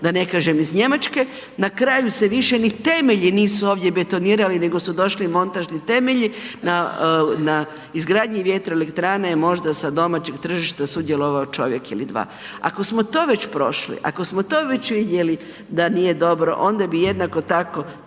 da ne kažem iz Njemačke. Na kraju se više ni temelji nisu ovdje betonirali nego su došli montažni temelji na izgradnji vjetroelektrane i možda je samo sa domaćeg tržišta sudjelovao čovjek ili dva. Ako smo to već prošli, ako smo to već vidjeli da nije dobro onda bi jednako tako